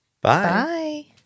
Bye